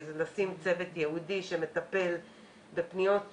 לשים צוות ייעודי שמטפל בפניות.